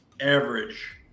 average